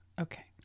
Okay